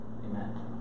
Amen